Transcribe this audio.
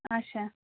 اچھا